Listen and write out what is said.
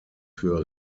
für